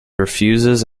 refuses